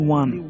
one